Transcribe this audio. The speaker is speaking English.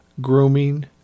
grooming